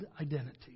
identity